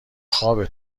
خوابه